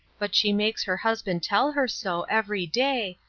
but she makes her husband tell her so every day,